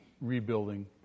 rebuilding